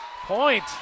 Point